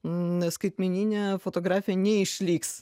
n skaitmeninė fotografija neišliks